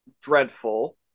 dreadful